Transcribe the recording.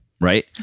Right